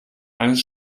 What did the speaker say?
eines